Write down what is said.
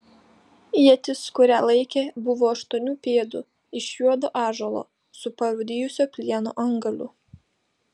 ietis kurią laikė buvo aštuonių pėdų iš juodo ąžuolo su parūdijusio plieno antgaliu